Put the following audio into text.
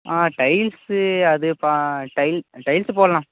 ஆ tiles அது பா tile tiles போடலாம்